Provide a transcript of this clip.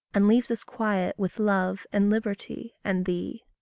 and leaves us quiet with love and liberty and thee.